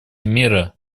мира